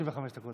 55 דקות.